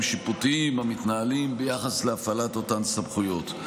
שיפוטיים המתנהלים ביחס להפעלת אותן סמכויות.